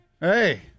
Hey